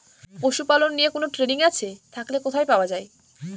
পশুপালন নিয়ে কোন ট্রেনিং আছে থাকলে কোথায় পাওয়া য়ায়?